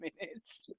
minutes